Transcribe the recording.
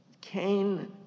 Cain